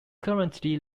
currently